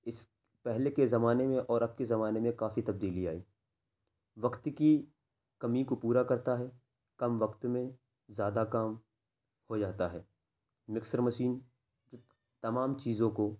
اس پہلے کے زمانے میں اور اب کے زمانے میں كافی تبدیلی آئی وقت کی كمی كو پورا كرتا ہے کم وقت میں زیادہ کام ہو جاتا ہے مکسر مشین تمام چیزوں کو